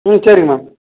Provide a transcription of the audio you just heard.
ம் சரிங்க மேம்